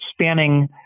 spanning